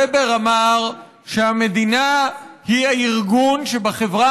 ובר אמר שהמדינה היא הארגון שבחברה